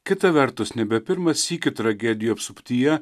kita vertus nebe pirmą sykį tragedijų apsuptyje